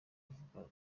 avuga